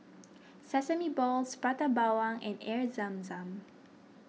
Sesame Balls Prata Bawang and Air Zam Zam